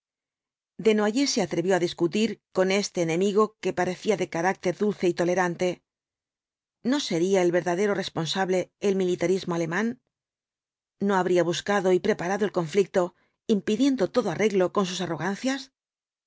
guerra desnoyers se atrevió á discutir con este enemigo que parecía de carácter dulce y tolerante no sería el verdadero responsable el militarismo alemán no habría buscado y preparado el conflicto impidiendo todo arreglo con sus arrogancias